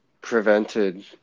prevented